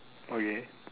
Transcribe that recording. okay